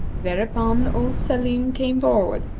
thereupon old salim came forward,